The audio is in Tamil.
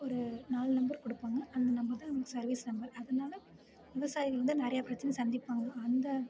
ஒரு நாலு நம்பர் கொடுப்பாங்க அந்த நம்பர் தான் நம்மளுக்கு சர்விஸ் நம்பர் அதனால நம்ம சைடில் இருந்து நிறைய பிரச்சினையா சந்திப்பாங்க